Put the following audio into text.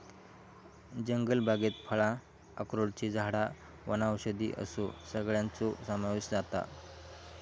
जंगलबागेत फळां, अक्रोडची झाडां वनौषधी असो सगळ्याचो समावेश जाता